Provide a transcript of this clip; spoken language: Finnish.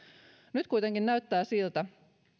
nyt kuitenkin näyttää siltä